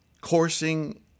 Coursing